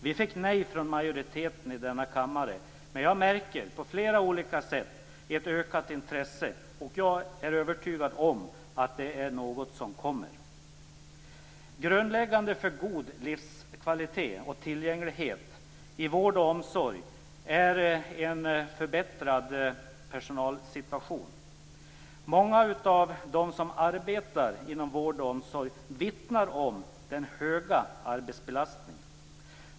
Vi fick nej från majoriteten i denna kammare, men jag märker på flera olika sätt ett ökat intresse, och jag är övertygad om att detta är något som kommer. Grundläggande för god livskvalitet och tillgänglighet i vård och omsorg är en förbättrad personalsituation. Många av dem som arbetar inom vård och omsorg vittnar om den höga arbetsbelastningen.